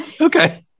Okay